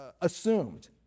assumed